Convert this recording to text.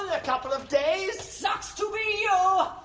a couple of days! sucks to be you! yeah